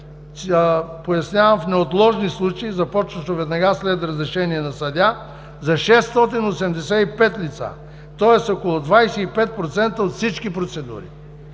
пояснявам, в неотложни случаи, започващо веднага след разрешение на съдия за 685 лица, тоест около 25% от всички процедури.